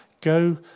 Go